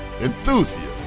enthusiasts